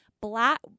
black